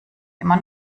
immer